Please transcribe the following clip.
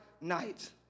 night